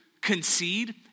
concede